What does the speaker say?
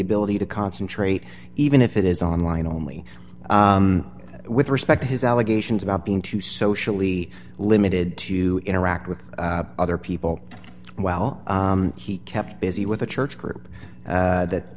ability to concentrate even if it is online only with respect to his allegations about being too socially limited to interact with other people while he kept busy with a church group that